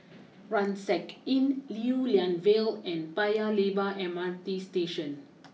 Rucksack Inn Lew Lian Vale and Paya Lebar M R T Station